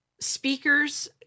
speakers